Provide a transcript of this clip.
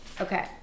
Okay